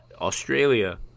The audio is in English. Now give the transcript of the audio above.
Australia